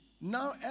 Now